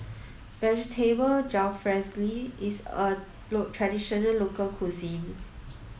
Vegetable Jalfrezi is a traditional local cuisine